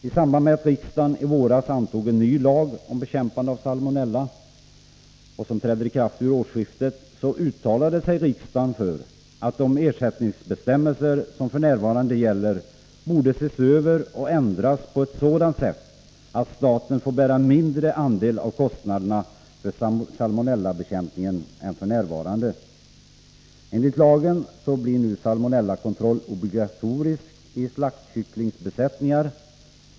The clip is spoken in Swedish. I samband med att riksdagen i våras antog en ny lag om bekämpande av salmonella hos djur, som träder i kraft vid årsskiftet, uttalade sig riksdagen för att de ersättningsbestämmelser som nu gäller borde ses över och ändras på ett sådant sätt att staten får bära en mindre andel av kostnaderna för salmonellabekämpningen än f. n. Enligt lagen blir nu salmonellakontroll obligatorisk i slaktkycklingsbesättningar.